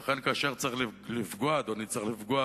לכן, כאשר צריך לפגוע, אדוני, צריך לפגוע